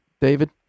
David